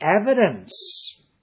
evidence